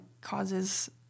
causes